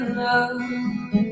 love